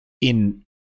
in-